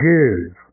Jews